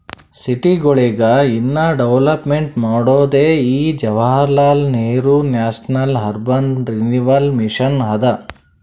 ಸಿಟಿಗೊಳಿಗ ಇನ್ನಾ ಡೆವಲಪ್ಮೆಂಟ್ ಮಾಡೋದೇ ಈ Jawaharlal Nehru National Urban Renewal Mission ಅದಾ